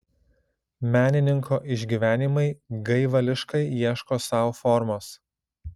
menininko išgyvenimai gaivališkai ieško sau formos